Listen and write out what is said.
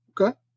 Okay